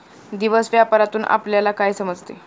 दिवस व्यापारातून आपल्यला काय समजते